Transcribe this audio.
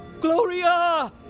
Gloria